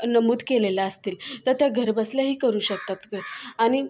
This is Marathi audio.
नमूद केलेल्या असतील तर त्या घरबसल्याही करू शकतात आणि